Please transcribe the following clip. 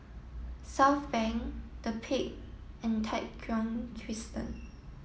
Southbank The Peak and Tai Thong Crescent